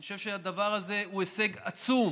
אני חושב שהדבר הזה הוא הישג עצום